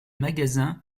magasins